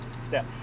step